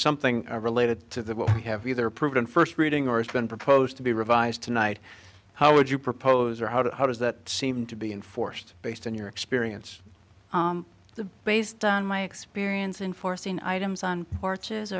something related to what we have either proven first reading or it's been proposed to be revised tonight how would you propose or how does that seem to be enforced based on your experience based on my experience in forcing items on hor